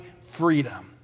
freedom